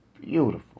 beautiful